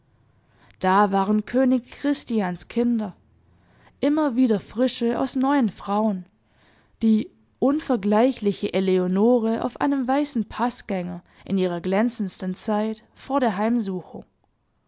da waren könig christians kinder immer wieder frische aus neuen frauen die unvergleichliche eleonore auf einem weißen paßgänger in ihrer glänzendsten zeit vor der heimsuchung